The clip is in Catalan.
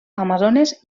amazones